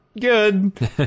good